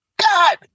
god